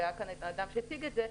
שהיה כאן האדם שהציג את זה,